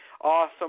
awesome